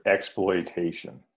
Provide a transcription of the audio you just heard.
Exploitation